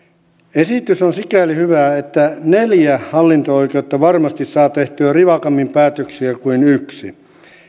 esitys on sikäli hyvä että neljä hallinto oikeutta varmasti saa tehtyä rivakammin päätöksiä kuin yksi